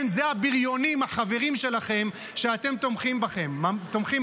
כן, זה הבריונים, החברים שלכם, שאתם תומכים בהם.